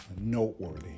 noteworthy